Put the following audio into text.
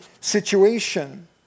situation